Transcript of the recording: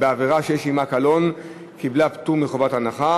בקריאה טרומית ותועבר לוועדה לזכויות הילד להכנה לקריאה